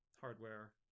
hardware